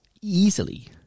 easily